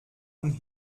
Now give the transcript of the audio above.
und